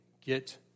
Get